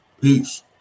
Peace